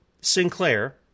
Sinclair